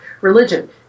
religion